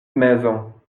maisons